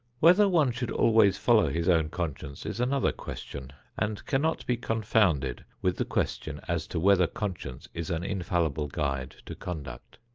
whether one should always follow his own conscience is another question, and cannot be confounded with the question as to whether conscience is an infallible guide to conduct.